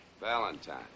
Valentine